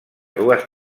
dues